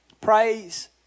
Praise